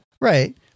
Right